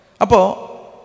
Apo